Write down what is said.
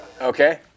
Okay